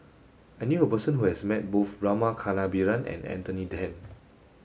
I knew a person who has met both Rama Kannabiran and Anthony Then